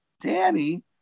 Danny